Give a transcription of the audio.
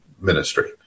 ministry